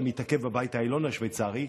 זה מתעכב בבית העליון השוויצרי,